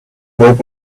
what